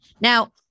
Now